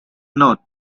note